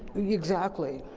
exactly.